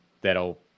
that'll